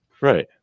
Right